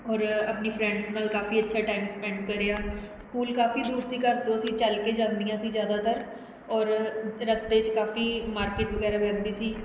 ਔਰ ਆਪਣੀ ਫਰੈਂਡਸ ਨਾਲ ਕਾਫੀ ਅੱਛਾ ਟਾਈਮ ਸਪੈਂਡ ਕਰਿਆ ਸਕੂਲ ਕਾਫੀ ਦੂਰ ਸੀ ਘਰ ਤੋਂ ਅਸੀਂ ਚੱਲ ਕੇ ਜਾਂਦੀਆਂ ਸੀ ਜ਼ਿਆਦਾਤਰ ਔਰ ਰਸਤੇ 'ਚ ਕਾਫੀ ਮਾਰਕੀਟ ਵਗੈਰਾ ਵੀ ਆਉਂਦੀ ਸੀ